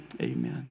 amen